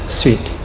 sweet